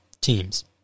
teams